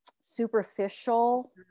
superficial